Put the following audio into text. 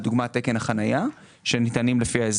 תקן חנייה ועוד,